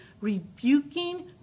rebuking